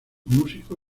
músico